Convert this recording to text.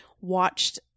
watched